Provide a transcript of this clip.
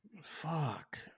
fuck